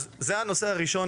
זה הנושא הראשון,